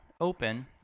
open